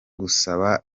gusaba